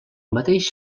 mateix